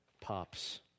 Pops